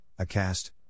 ACAST